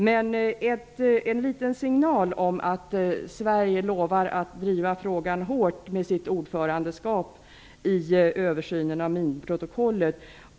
Jag önskar en liten signal om att Sverige lovar att driva frågan hårt under sitt ordförandeskap i översynen av minprotokollet.